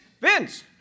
Vince